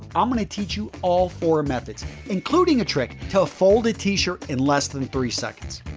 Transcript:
um going to teach you all four methods including a trick to fold a t-shirt in less than three seconds.